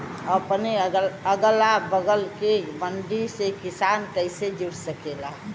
अपने अगला बगल के मंडी से किसान कइसे जुड़ सकेला?